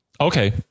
Okay